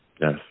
Yes